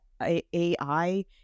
AI